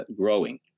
growing